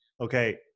okay